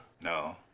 No